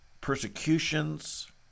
persecutions